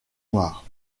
noirs